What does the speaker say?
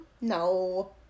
No